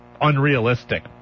unrealistic